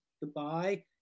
goodbye